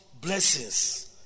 blessings